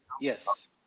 Yes